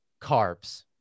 carbs